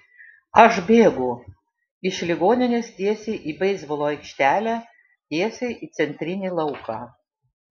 aš bėgu iš ligoninės tiesiai į beisbolo aikštelę tiesiai į centrinį lauką